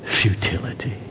futility